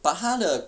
but 他的